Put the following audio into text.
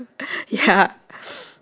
ya